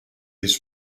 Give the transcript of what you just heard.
his